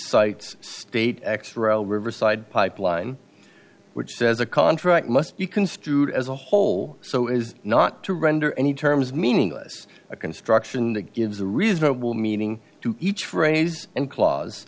cites state x ro riverside pipeline which says a contract must be construed as a whole so is not to render any terms meaningless a construction that gives a reasonable meaning to each phrase and cla